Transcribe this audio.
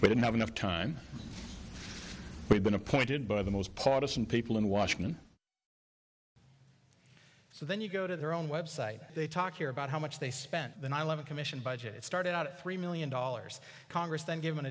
but have enough time we've been appointed by the most partisan people in washington so then you go to their own web site they talk here about how much they spent the nine eleven commission budget it started out at three million dollars congress then given